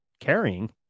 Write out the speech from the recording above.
carrying